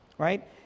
right